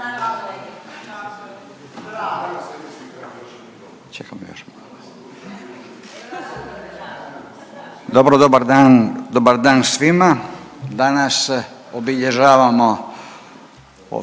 Dobar dan svima! Danas obilježavamo